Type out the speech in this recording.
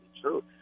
true